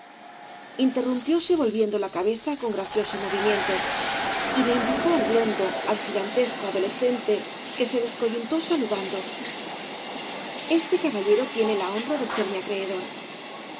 perdido interrumpióse volviendo ja cabeza con gracioso movimiento y me indicó al blondo al gigantesco adolescente que se descoyuntó saludando este caballero tiene la honra de ser mi acreedor